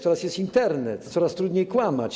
Teraz jest Internet, coraz trudniej kłamać.